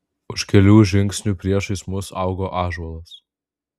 už kelių žingsnių priešais mus augo ąžuolas